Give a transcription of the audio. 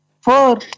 four